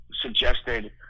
suggested